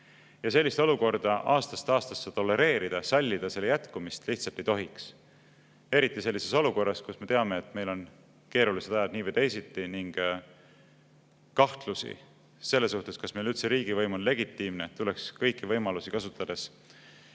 Sellist olukorda aastast aastasse tolereerida, sallida selle jätkumist lihtsalt ei tohiks. Eriti sellises olukorras, kus me teame, et meil on keerulised ajad nii või teisiti ning kahtlusi selle suhtes, kas meie riigivõim on üldse legitiimne, tuleks kõiki võimalusi kasutades